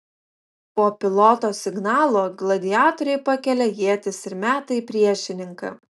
po piloto signalo gladiatoriai pakelia ietis ir meta į priešininką